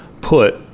put